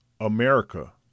America